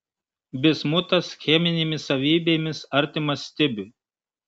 bismutas cheminėmis savybėmis artimas stibiui